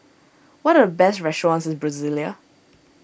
what are the best restaurants in Brasilia